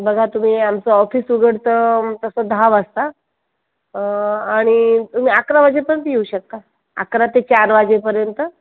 बघा तुम्ही आमचं ऑफिस उघडत तसं दहा वाजता आणि तुम्ही अकरा वाजेपर्यंत येऊ शकता अकरा ते चार वाजेपर्यंत